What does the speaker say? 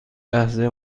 لحظه